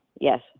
yes